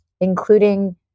including